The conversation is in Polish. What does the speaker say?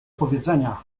powiedzenia